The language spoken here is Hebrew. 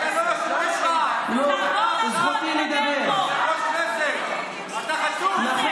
תדבר מפה, לא.